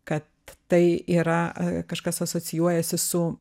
kad tai yra kažkas asocijuojasi su